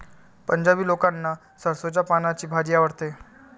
पंजाबी लोकांना सरसोंच्या पानांची भाजी आवडते